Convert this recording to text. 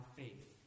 faith